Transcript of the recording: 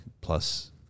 plus